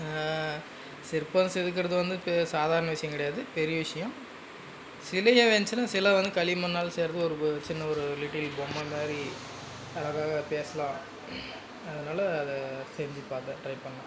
சிற்பம் செதுக்கிறது வந்து இப்போ சாதாரண விஷயம் கிடையாது பெரிய விஷயம் சிலை ஏன் வந்துச்சுன்னா சில வந்து களிமண்ணால் செய்கிறது ஒரு ஓ சின்ன ஒரு லிட்டில் பொம்மை மாதிரி அழகாக பேசலாம் அதனால அதை செஞ்சு பார்த்தேன் ட்ரை பண்ணிணேன்